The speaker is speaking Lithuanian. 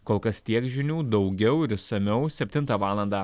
kol kas tiek žinių daugiau ir išsamiau septintą valandą